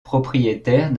propriétaire